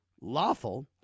Lawful